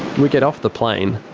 we get off the plane.